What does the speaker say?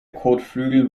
kotflügel